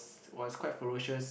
was quite ferocious